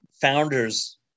founders